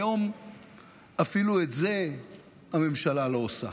היום אפילו את זה הממשלה לא עושה.